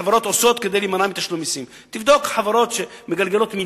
החברות עושות כל תכנון מס אפשרי כדי להימנע מתשלום מסים.